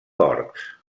porcs